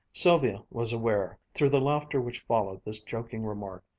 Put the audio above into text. sylvia was aware, through the laughter which followed this joking remark,